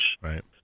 Right